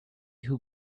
who